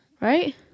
right